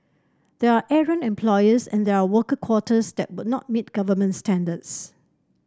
there are errant employers and there are worker quarters that would not meet government standards